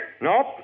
Nope